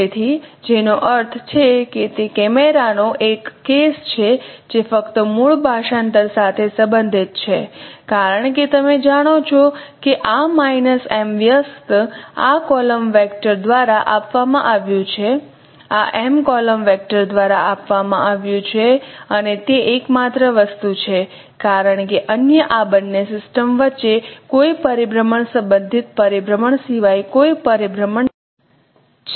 તેથી જેનો અર્થ છે કે તે કેમેરાનો એક કેસ છે જે ફક્ત મૂળ ભાષાંતર સાથે સંબંધિત છે કારણ કે તમે જાણો છો કે આ માઈનસ m વ્યસ્ત આ કોલમ વેક્ટર દ્વારા આપવામાં આવ્યું છે આ m કોલમ વેક્ટર દ્વારા આપવામાં આવ્યું છે અને તે એકમાત્ર વસ્તુ છે કારણ કે અન્ય આ બંને સિસ્ટમ વચ્ચે કોઈ પરિભ્રમણ સંબંધિત પરિભ્રમણ સિવાય કોઈ પરિભ્રમણ છે